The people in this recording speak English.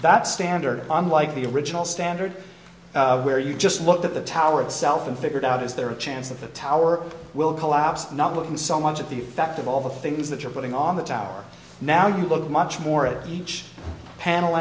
that's standard unlike the original standard where you just looked at the tower itself and figured out is there a chance that the tower will collapse not looking so much at the effect of all the things that you're putting on the tower now you look much more at each panel